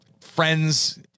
friends